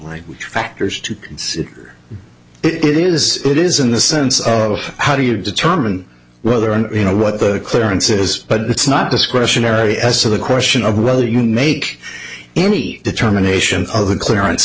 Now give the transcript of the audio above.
which factors to consider it is it is in the sense of how do you determine whether or not you know what the clearance is but it's not discretionary as to the question of whether you make any determination of the clearance